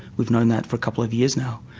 we've known that for a couple of years now.